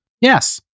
Yes